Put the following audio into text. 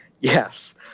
Yes